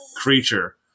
creature